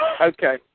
Okay